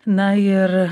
na ir